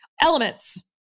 Elements